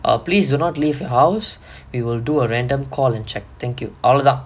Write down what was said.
oh please do not leave house we will do a random call and check thank you அவ்ளோதான்:avlothaan